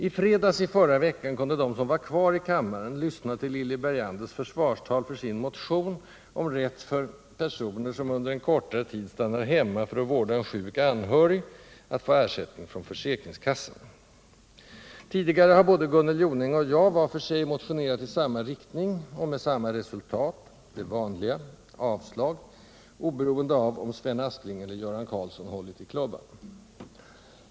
I fredags i förra veckan kunde de som var kvar i kammaren lyssna till Lilly Berganders försvarstal för sin motion om rätt för personer, som under en kortare tid stannar hemma för att vårda en sjuk anhörig, att få ersättning från försäkringskassan. Tidigare har både Gunnel Jonäng och jag, var för sig, motionerat i samma riktning, och med samma resultat, det vanliga: avslag, oberoende av om Sven Aspling eller Göran Karlsson hållit i klubban.